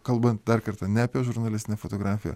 kalbant dar kartą ne apie žurnalistinę fotografiją